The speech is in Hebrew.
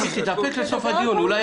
תתאפק עד סוף הדיון, אולי